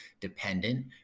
dependent